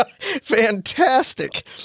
fantastic